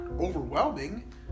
overwhelming